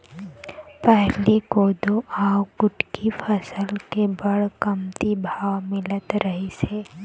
पहिली कोदो अउ कुटकी फसल के बड़ कमती भाव मिलत रहिस हे